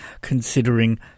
considering